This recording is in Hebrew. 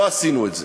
לא עשינו את זה.